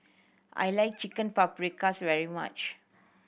I like Chicken Paprikas very much